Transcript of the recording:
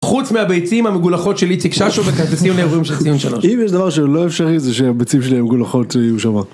חוץ מהביצים המגולחות של איציק ששו בכרטיסים לאירועים של ציון שלוש. אם יש דבר שהוא לא אפשרי זה שהביצים שלי המגולחות יהיו שוות.